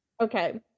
okay